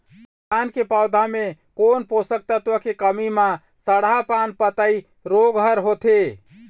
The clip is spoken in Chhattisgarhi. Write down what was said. धान के पौधा मे कोन पोषक तत्व के कमी म सड़हा पान पतई रोग हर होथे?